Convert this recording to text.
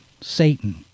Satan